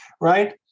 Right